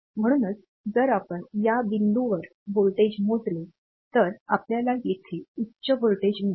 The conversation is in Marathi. म्हणूनच जर आपण या बिंदूंवर व्होल्टेज मोजले तर आपल्याला येथे उच्च व्होल्टेज मिळेल